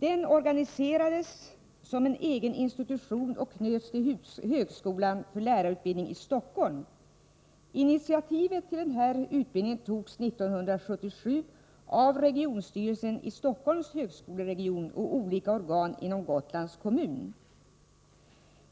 Den organiserades som en egen institution och knöts till högskolan för lärarutbildning i Stockholm. Initiativet till denna utbildning togs år 1977 av regionstyrelsen i Stockholms högskoleregion och olika organ inom Gotlands kommun.